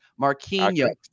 Marquinhos